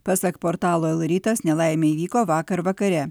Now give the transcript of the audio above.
pasak portalo lrytas nelaimė įvyko vakar vakare